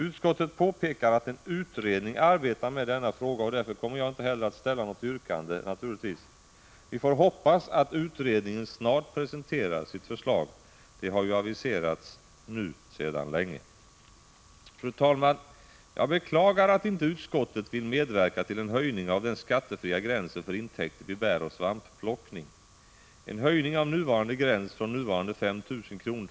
Utskottet påpekar att en utredning arbetar med denna fråga, och därför kommer jag inte att ställa något yrkande på denna punkt. Vi får hoppas att utredningen snart presenterar sitt förslag. Det har ju varit aviserat sedan länge. Fru talman! Jag beklagar att utskottet inte vill medverka till en höjning av den skattefria gränsen för intäkter vid bäroch svampplockning. En höjning av nuvarande gräns, från 5 000 kr.